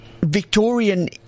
Victorian